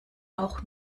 auch